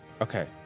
Okay